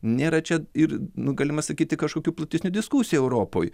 nėra čia ir nu galima sakyti kažkokių platesnių diskusijų europoj